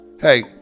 Hey